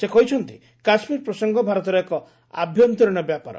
ସେ କହିଛନ୍ତି କାଶ୍ମୀର ପ୍ରସଙ୍ଗ ଭାରତର ଏକ ଆଭ୍ୟନ୍ତରୀଣ ବ୍ୟାପାର